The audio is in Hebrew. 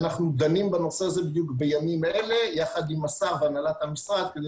אנחנו דנים בנושא הזה בדיוק בימים אלה יחד עם השר והנהלת המשרד כדי